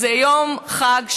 זה יום חג,